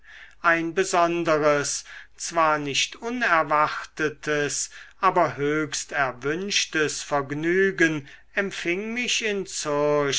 ein besonderes zwar nicht unerwartetes aber höchst erwünschtes vergnügen empfing mich in